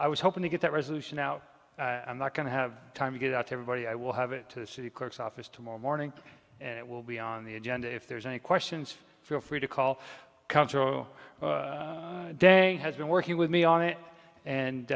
i was hoping to get that resolution now i'm not going to have time to get out to everybody i will have it to the city clerk's office tomorrow morning and it will be on the agenda if there's any questions feel free to call cultural day has been working with me on it and